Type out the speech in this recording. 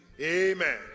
amen